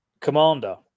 Commander